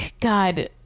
god